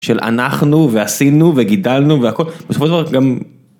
של אנחנו ועשינו וגידלנו והכל.